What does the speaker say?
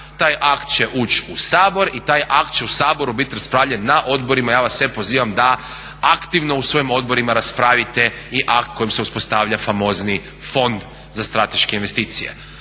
taj akt će ući u Sabor i taj akt će u Saboru biti raspravljen na odborima. Ja vas sve pozivam da aktivno u svojim odborima raspravite i akt kojim se uspostavlja famozni Fond za strateške investicije.